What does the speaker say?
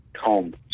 home